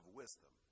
wisdom